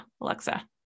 Alexa